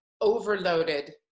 overloaded